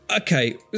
Okay